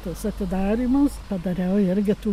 tas atidarymas padariau irgi tų